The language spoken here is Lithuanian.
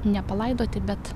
ne palaidoti bet